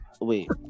Wait